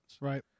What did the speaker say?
Right